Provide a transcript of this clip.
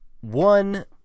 one